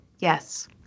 Yes